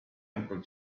uncle